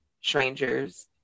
strangers